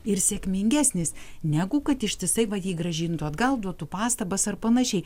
ir sėkmingesnis negu kad ištisai vat jį grąžintų atgal duotų pastabas ar panašiai